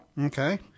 Okay